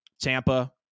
Tampa